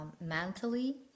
mentally